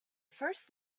first